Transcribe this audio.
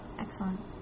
Excellent